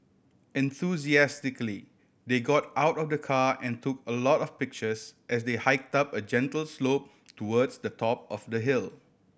enthusiastically they got out of the car and took a lot of pictures as they hiked up a gentle slope towards the top of the hill